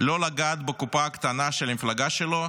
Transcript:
לא לגעת בקופה הקטנה של המפלגה שלו,